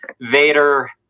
Vader